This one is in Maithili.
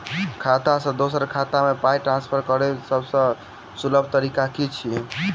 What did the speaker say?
खाता सँ दोसर खाता मे पाई ट्रान्सफर करैक सभसँ सुलभ तरीका की छी?